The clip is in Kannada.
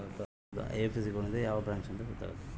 ಐ.ಐಫ್.ಎಸ್.ಸಿ ಕೋಡ್ ಇಂದ ಯಾವ ಬ್ಯಾಂಕ್ ಅಂತ ಗೊತ್ತಾತತೆ